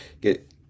Get